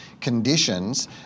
conditions